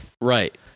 Right